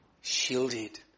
shielded